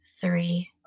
three